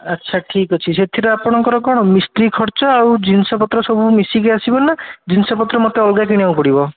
ଆଚ୍ଛା ଠିକ୍ ଅଛି ସେଥିରେ ଆପଣଙ୍କର କ'ଣ ମିସ୍ତ୍ରୀ ଖର୍ଚ୍ଚ ଆଉ ଜିନିଷପତ୍ର ସବୁ ମିଶିକି ଆସିବ ନା ଜିନିଷପତ୍ର ମୋତେ ଅଲ୍ଗା କିଣିବାକୁ ପଡ଼ିବ